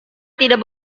tidak